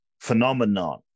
phenomenon